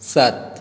सात